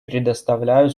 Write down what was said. предоставляю